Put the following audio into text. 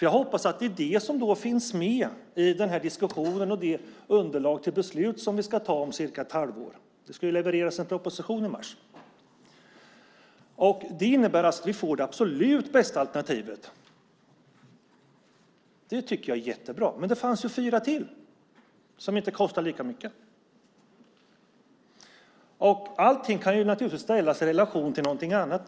Jag hoppas att det är det som finns med i diskussionen och i underlaget till det beslut som vi ska fatta om cirka ett halvår. Det ska ju levereras en proposition i mars. Det innebär att vi får det absolut bästa alternativet. Det tycker jag är jättebra! Men det fanns ju fyra till, som inte kostar lika mycket. Allting kan naturligtvis ställas i relation till någonting annat.